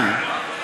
שיינברגר,